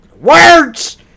words